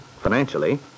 financially